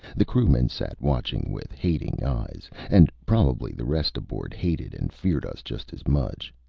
the crewmen sat watching with hating eyes. and probably the rest aboard hated and feared us just as much.